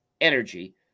energy